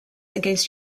against